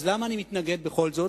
אז למה אני מתנגד בכל זאת?